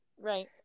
right